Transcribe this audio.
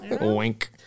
Wink